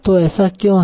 तो ऐसा क्यों है